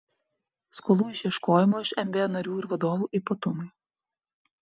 skolų išieškojimo iš mb narių ir vadovų ypatumai